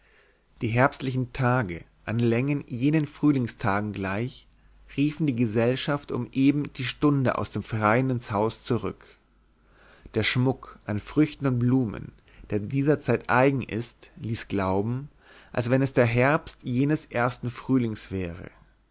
die herbstlichen tage an länge jenen frühlingstagen gleich riefen die gesellschaft um eben die stunde aus dem freien ins haus zurück der schmuck an früchten und blumen der dieser zeit eigen ist ließ glauben als wenn es der herbst jenes ersten frühlings wäre